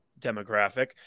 demographic